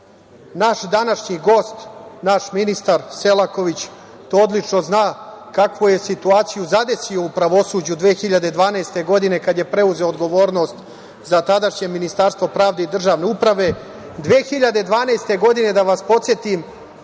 24.Naš današnji gost, naš ministar Selaković to odlično zna kakvu je situaciju zadesio u pravosuđu 2012. godine kada je preuzeo odgovornost za tadašnje Ministarstvo pravde i državne uprave. Godine 2012, da vas podsetim,